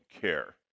care